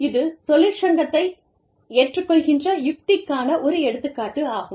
இது தொழிற்சங்கத்தை ஏற்றுக்கொள்கின்ற யுக்திக்கான ஒரு எடுத்துக்காட்டாகும்